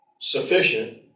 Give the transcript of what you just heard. sufficient